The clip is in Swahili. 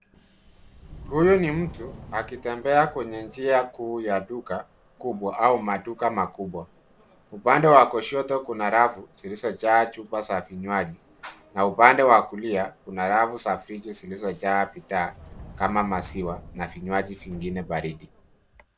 Huyu ni mtu akitetembea kwenye njia kuu ya duka kubwa au maduka makubwa. Upande wa kushoto kuna rafu zilizo jaa chupa za vinywaji. Na upande wa kulia kuna rafu za friji zilizo jaa bidhaa kama maziwa na vinywaji vingine baridi.